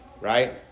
right